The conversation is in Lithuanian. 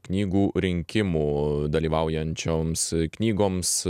knygų rinkimų dalyvaujančioms knygoms